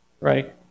Right